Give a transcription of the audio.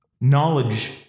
knowledge